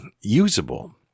usable